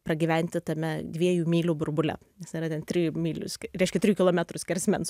pragyventi tame dviejų mylių burbule nes yra ten trijų mylių reiškia trijų kilometrų skersmens